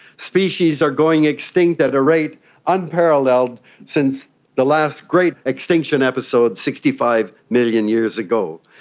species are going extinct at a rate unparalleled since the last great extinction episode sixty five million years ago.